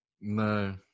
no